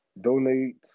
donate